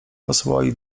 posyłali